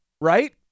right